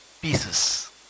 pieces